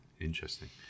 Interesting